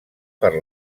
per